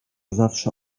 zawsze